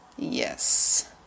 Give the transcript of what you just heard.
Yes